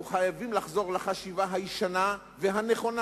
אנחנו חייבים לחזור לחשיבה הישנה והנכונה